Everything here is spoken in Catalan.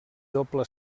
doble